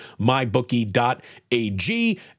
mybookie.ag